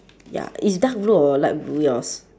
ya it's dark blue or light blue yours